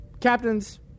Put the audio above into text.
captains